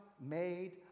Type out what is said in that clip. made